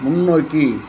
முன்னோக்கி